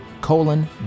colon